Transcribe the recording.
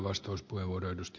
arvoisa puhemies